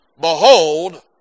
behold